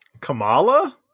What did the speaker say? Kamala